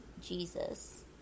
Jesus